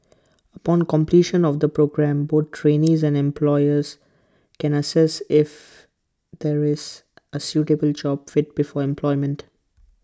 upon completion of the programme both trainees and employers can assess if there is A suitable job fit before employment